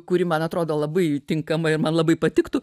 kuri man atrodo labai tinkama ir man labai patiktų